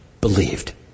believed